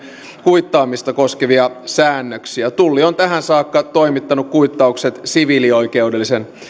kuittaamista koskevia säännöksiä tulli on tähän saakka toimittanut kuittaukset siviilioikeudellisen